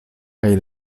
kaj